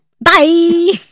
Bye